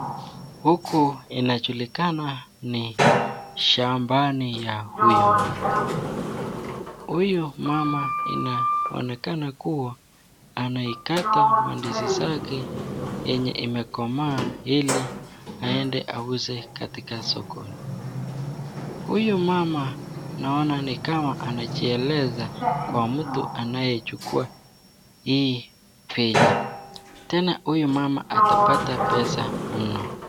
Huku inajulikana ni shambani ya huyu mama, huyu mama anaonekana kuwa anaikakata mandizi zake yenye imekomaa ili aende auze katika sokoni, huyu mama naona ni kama anajieleza kwa mtu anayechukua hii picha, tena huyu mama atapata pesa mno.